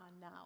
now